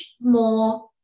more